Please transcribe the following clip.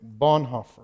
Bonhoeffer